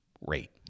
rate